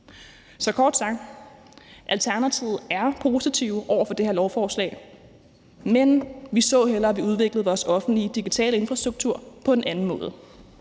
Så kort sagt er Alternativet positive over for det her lovforslag, men vi så hellere, at vi udviklede vores offentlige digitale infrastruktur på en anden måde.